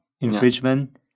infringement